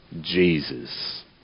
Jesus